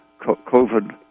COVID